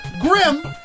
Grim